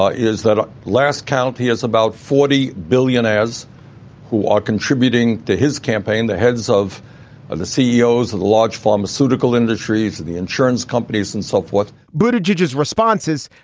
ah is that ah last count, he has about forty billionaires who are contributing to his campaign, the heads of and the ceos of the large pharmaceutical industries, the insurance companies and so forth but a judge's responses.